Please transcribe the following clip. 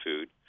food